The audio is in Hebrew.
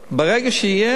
ברגע שיהיה,